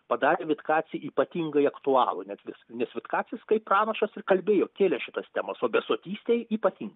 padarė vitkacį ypatingai aktualų nes vis nes vitkacis kaip pranašas ir kalbėjo kėlė šitas temos o besotystėj ypatingai